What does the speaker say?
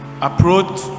approach